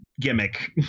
gimmick